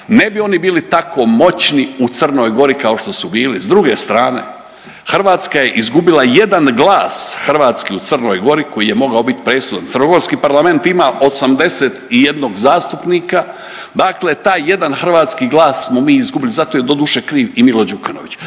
ne bi oni bili tako moćni u Crnoj Gori kao što su bili s druge strane Hrvatska je izgubila jedan glas hrvatski u Crnoj Gori koji je mogao biti presudan. Crnogorski Parlament ima 81 zastupnika, dakle taj jedan hrvatski glas smo mi izgubili. Za to je doduše kriv i Milo Đukanović.